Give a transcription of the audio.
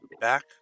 back